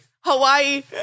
Hawaii